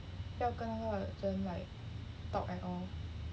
不要跟那个人 like talk at all